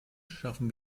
schaffen